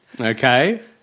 Okay